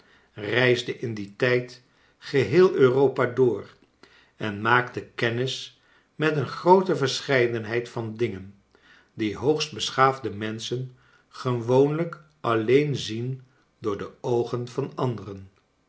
reisde in dien tijd geheel europa door en maakte kennis met een groote verscheidenheid van dingen die hoogst beschaafde menschen gewooniijk alleen zien door de oogen van anderen